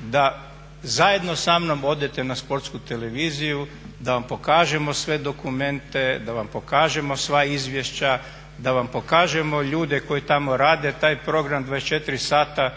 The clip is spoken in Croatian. da zajedno sa mnom odete na Sportsku televiziju da vam pokažemo sve dokumente, da vam pokažemo sva izvješća, da vam pokažemo ljude koji tamo rade taj program 24 sata.